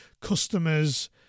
customers